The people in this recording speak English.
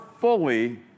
fully